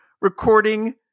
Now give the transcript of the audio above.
recording